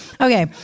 Okay